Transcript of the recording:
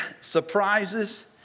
surprises